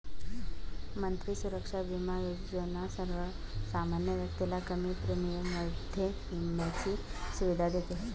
मंत्री सुरक्षा बिमा योजना सर्वसामान्य व्यक्तीला कमी प्रीमियम मध्ये विम्याची सुविधा देते